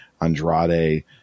Andrade